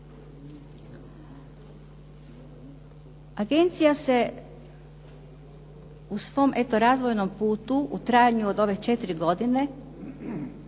Agencija se u svom eto razvojnom putu, u trajanju od ove 4 godine